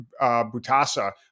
Butasa